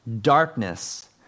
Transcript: darkness